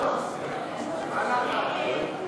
מסדר-היום את הצעת חוק רישוי עסקים (תיקון,